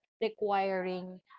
requiring